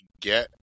get